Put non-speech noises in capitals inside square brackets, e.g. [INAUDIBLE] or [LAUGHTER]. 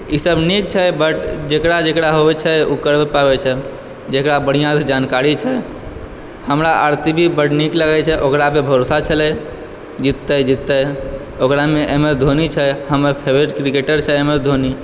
ई सब नीक छै बड जेकरा जेकरा होइ छै ओ कर पाबै छै जेकरा बढ़िऑं से जानकारी छै हमरा [UNINTELLIGIBLE] बड़ नीक लगै छै ओकरा पे भरोसा छलै जिततै जीततै ओकरामे एम एस धोनी छै हमर फेवरेट क्रिकेटर छै एम एस धोनी